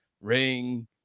Ring